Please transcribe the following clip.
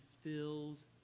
fills